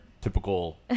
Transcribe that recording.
typical